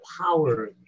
power